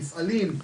מפעלים,